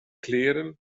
kleren